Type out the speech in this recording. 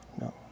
No